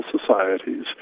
societies